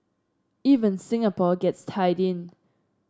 even Singapore gets tied in